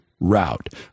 route